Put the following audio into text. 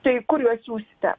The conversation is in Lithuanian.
tai kur juos siųsite